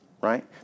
right